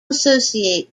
associate